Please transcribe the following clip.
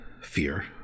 fear